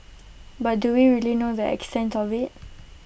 but do we really know the extent of IT